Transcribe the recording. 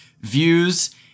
views